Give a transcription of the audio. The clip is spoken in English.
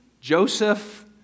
Joseph